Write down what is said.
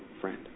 friend